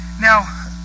Now